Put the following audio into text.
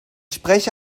spreche